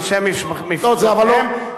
אנשי מפלגותיהם,